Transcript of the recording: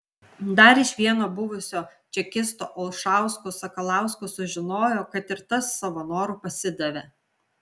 dar iš vieno buvusio čekisto olšausko sakalausko sužinojo kad ir tas savo noru pasidavė